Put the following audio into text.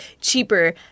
cheaper